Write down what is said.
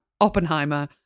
Oppenheimer